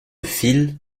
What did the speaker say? fil